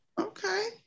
okay